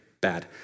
Bad